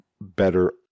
better